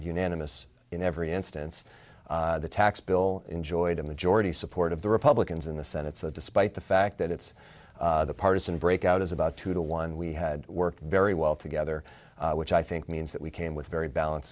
unanimous in every instance the tax bill enjoyed a majority support of the republicans in the senate so despite the fact that its partisan break out is about two to one we had worked very well together which i think means that we came with very balanced